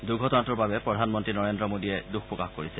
দুৰ্ঘটনাটোৰ বাবে প্ৰধানমন্ত্ৰী নৰেন্দ্ৰ মোদীয়ে দুখ প্ৰকাশ কৰিছে